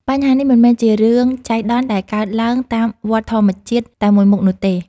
បញ្ហានេះមិនមែនជារឿងចៃដន្យដែលកើតឡើងតាមវដ្តធម្មជាតិតែមួយមុខនោះទេ។